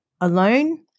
alone